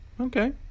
Okay